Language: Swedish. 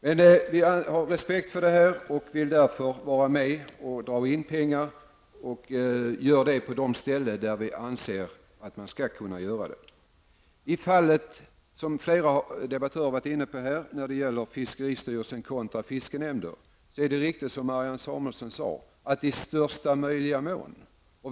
Men vi tar vårt ansvar och vi vill vara med och dra in pengar. Det gör vi från de ställen där vi anser att det är möjligt. Flera debattörer har varit inne på frågan om fiskeristyrelsen kontra fiskenämnder. Det är riktigt som Marianne Samuelsson sade att det står ''i möjligaste mån''.